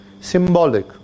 symbolic